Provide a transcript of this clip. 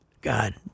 God